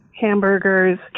hamburgers